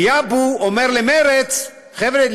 כי אבו אומר למרצ: חבר'ה,